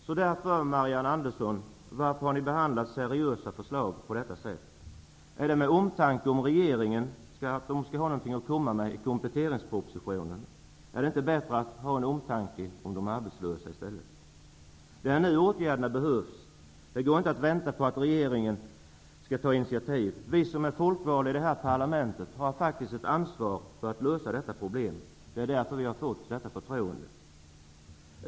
Så varför, Marianne Andersson, har ni behandlat seriösa förslag på detta sätt? Är det av omtanke om att regeringen skall ha något att komma med i kompletteringspropositionen? Är det inte bättre att ha en omtanke om de arbetslösa? Det är nu åtgärderna behövs. Det går inte att vänta på att regeringen skall ta initiativ. Vi som är folkvalda har ett ansvar för att lösa detta problem. Det är därför vi har fått detta förtroende.